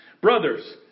Brothers